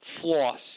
floss